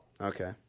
Okay